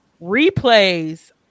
replays